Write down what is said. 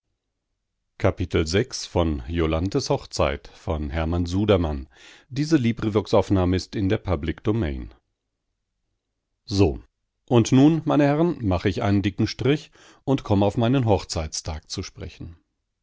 so und nun meine herren mach ich einen dicken strich und komm auf meinen hochzeitstag zu sprechen